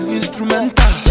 instrumental